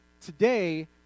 Today